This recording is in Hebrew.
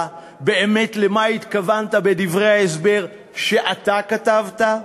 באמת למה התכוונת בדברי ההסבר שאתה כתבת.